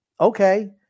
okay